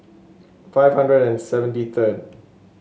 five hundred and seventy third